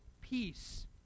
peace